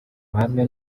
ruhame